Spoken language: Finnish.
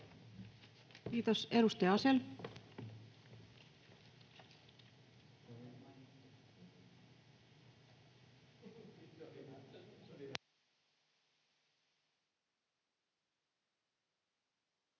Kiitos. — Edustaja Asell. Arvoisa